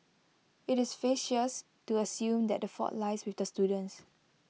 IT is facetious to assume that the fault lies with the students